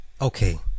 Okay